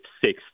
sixth